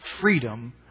freedom